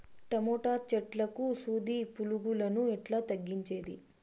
Tomato చెట్లకు సూది పులుగులను ఎట్లా తగ్గించేది?